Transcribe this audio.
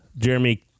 Jeremy